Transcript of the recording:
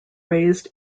raised